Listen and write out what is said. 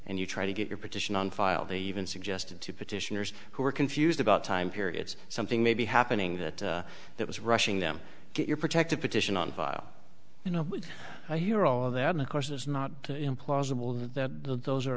and you try to get your petition on file they even suggested to petitioners who are confused about time here it's something may be happening that that was rushing them get your protective petition on file you know i hear all of that and of course it's not implausible that those are